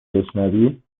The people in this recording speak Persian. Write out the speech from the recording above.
بشنوی